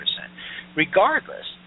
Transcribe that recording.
Regardless